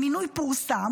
המינוי פורסם,